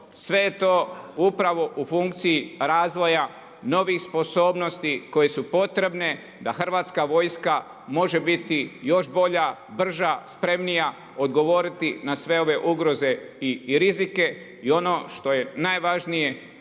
Sve je to upravo u funkciji razvoja novih sposobnosti koje su potrebne da Hrvatska vojska može biti još bolja, brža, spremnija odgovoriti na sve ove ugroze i rizike. I ono što je najvažnije,